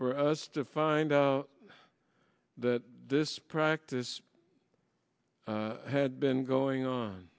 for us to find out that this practice had been going on